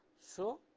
so,